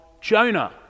Jonah